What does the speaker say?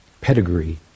pedigree